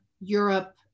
Europe